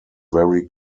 very